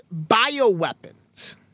bioweapons